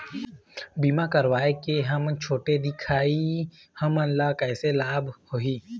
बीमा कराए के हम छोटे दिखाही हमन ला कैसे लाभ होही?